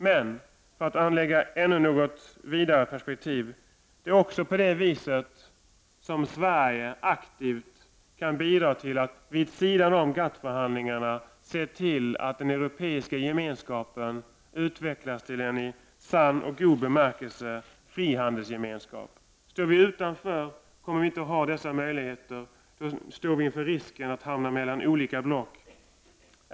Men för att anlägga ett ännu något vidare perspektiv: det är också på detta vis som Sverige aktivt kan bidra till att, vid sidan om GATT-förhandlingarna, se till att den europeiska gemenskapen utvecklas till en i sann och god bemärkelse frihandelsgemenskap. Står vi utanför kommer vi inte att ha dessa möjligheter, utan då står vi inför risken att hamna mellan olika block.